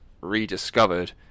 rediscovered